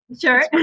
Sure